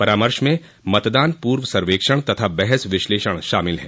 परामर्श में मतदान पूर्व सर्वेक्षण तथा बहस विश्लषण शामिल हैं